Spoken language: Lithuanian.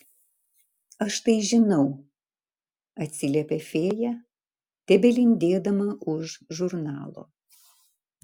aš tai žinau atsiliepia fėja tebelindėdama už žurnalo